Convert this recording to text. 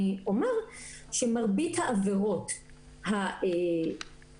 אני אומר שמרבית עבירות הקנס,